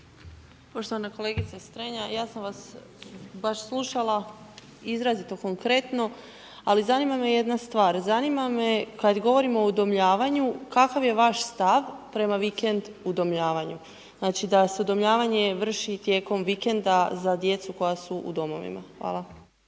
Poštovana kolegice Strenja, ja sam vas baš slušala izrazito konkretno, ali zanima me jedna stvar. Zanima me kada govorimo o udomljavanju kakav je vaš stav prema vikend udomljavanju? Znači da se udomljavanje vrši tijekom vikenda za djecu koja su u domovima? Hvala.